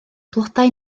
blodau